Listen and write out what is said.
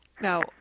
now